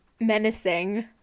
Menacing